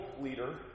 leader